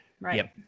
right